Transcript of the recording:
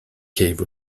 cave